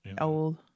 old